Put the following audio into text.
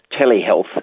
telehealth